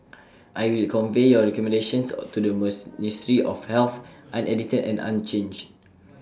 I will convey your recommendations to the ministry of health unedited and unchanged